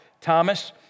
Thomas